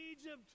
Egypt